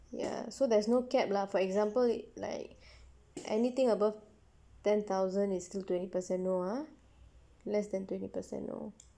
ya so there's no cap lah for example like anything above ten thousand is still twenty percent no ah less than twenty percent no